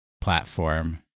platform